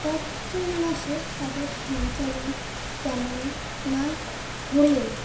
এক দুই মাসে তাদের সঞ্চালন তেমন না হলেও